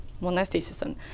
Monasticism